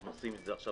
אנחנו עושים עכשיו